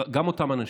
גם אותם אנשים,